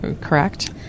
correct